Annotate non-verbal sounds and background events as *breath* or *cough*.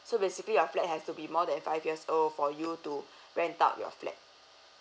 so basically your flat has to be more than five years old for you to *breath* rent out your flat